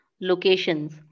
locations